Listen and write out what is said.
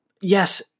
yes